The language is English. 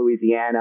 Louisiana